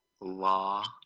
Law